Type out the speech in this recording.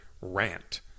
rant